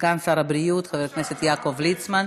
סגן שר הבריאות חבר הכנסת יעקב ליצמן.